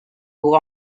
who